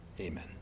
Amen